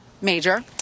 Major